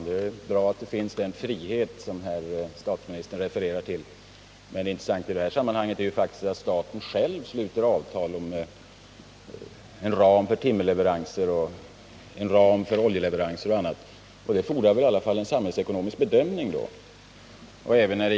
Herr talman! Det är bra att den frihet som statsministern refererar till finns, men det intressanta i det här sammanhanget är att staten själv sluter avtal om en ram för timmerleveranser, oljeleveranser och annat. Det fordrar väl i alla fall en samhällsekonomisk bedömning?